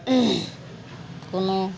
কোনো